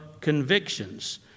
convictions